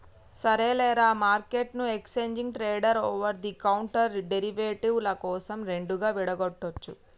సరేలేరా, మార్కెట్ను exchange traded over the counter derivative ల కోసం రెండుగా విడగొట్టొచ్చు